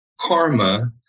karma